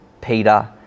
Peter